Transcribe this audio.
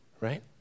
right